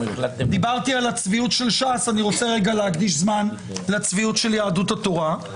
דיברתי על הצביעות של ש"ס ואני רוצה להקדיש זמן לצביעות של יהדות התורה,